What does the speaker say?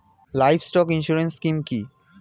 Livestock insurance scheme কি?